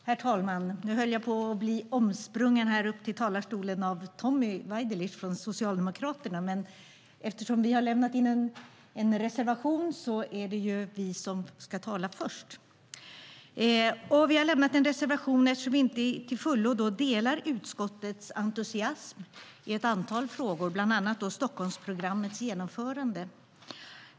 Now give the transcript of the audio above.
Herr talman! Vi har lämnat in en reservation eftersom vi inte till fullo delar utskottets entusiasm i ett antal frågor, bland annat Stockholmsprogrammets genomförande.